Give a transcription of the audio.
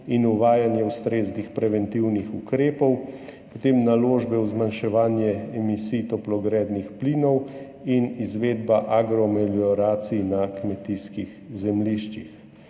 in uvajanje ustreznih preventivnih ukrepov, potem naložbe v zmanjševanje emisij toplogrednih plinov in izvedba agromelioracij na kmetijskih zemljiščih.